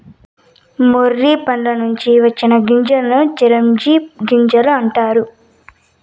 మొర్రి పండ్ల నుంచి వచ్చిన గింజలను చిరోంజి గింజలు అంటారు